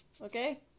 Okay